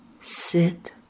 Sit